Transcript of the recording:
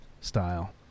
style